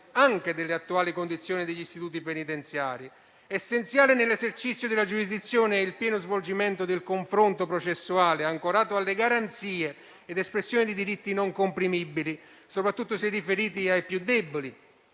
anche delle attuali condizioni degli istituti penitenziari. Essenziale - nell'esercizio della giurisdizione - è il pieno svolgimento del confronto processuale, ancorato alle garanzie ed espressione di diritti non comprimibili, soprattutto se riferiti ai più deboli,